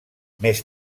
més